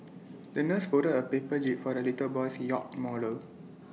the nurse folded A paper jib for the little boy's yacht model